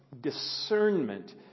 discernment